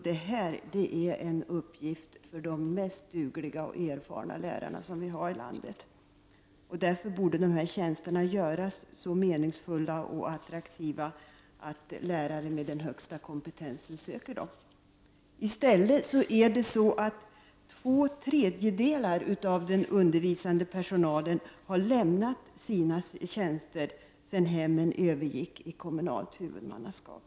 Detta är en uppgift för de mest dugliga och erfarna lärarna vi har i landet. Av den anledningen borde dessa tjänster göras så meningsfulla och attraktiva att lärare med den högsta kompetensen söker dem. Men det är i stället så att två tredjedelar av den undervisande personalen har lämnat sina tjänster sedan hemmen övergick i kommunalt huvudmannaskap.